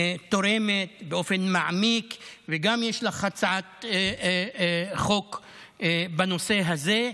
תורמת באופן מעמיק, וגם לך יש הצעת חוק בנושא הזה.